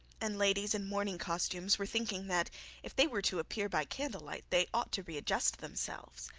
and ladies in morning costumes were thinking that if they were to appear by candle-light they ought to readjust themselves.